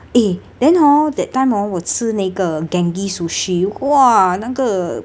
eh then hor that time orh 我吃那个 genki sushi 哇那个